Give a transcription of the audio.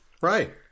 Right